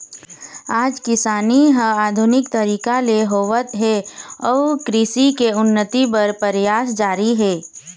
आज किसानी ह आधुनिक तरीका ले होवत हे अउ कृषि के उन्नति बर परयास जारी हे